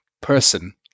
person